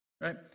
Right